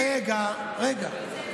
רגע, רגע.